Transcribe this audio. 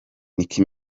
nicky